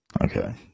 Okay